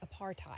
apartheid